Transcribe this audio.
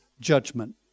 judgment